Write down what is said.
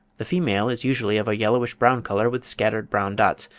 the female is usually of a yellowish-brown colour with scattered brown dots,